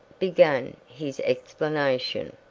began his explanation.